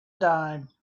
dime